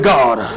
God